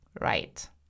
right